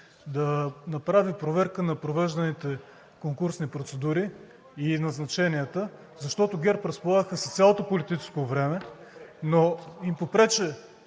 да направи проверка на провежданите конкурсни процедури и назначенията, защото ГЕРБ разполагаха с цялото политическо време, но миналата